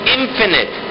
infinite